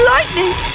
Lightning